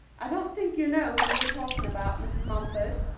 i don't think you know who you're talking about, mrs. mumford.